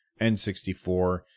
N64